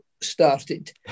started